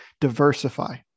diversify